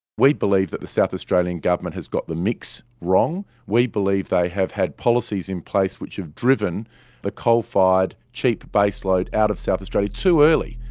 we believe that the south australian government has got the mix wrong. we believe they have had policies in place which have driven the coal-fired, cheap base load out of south australia too early,